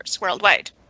worldwide